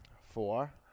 Four